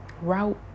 route